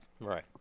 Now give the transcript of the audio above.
Right